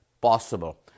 possible